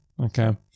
Okay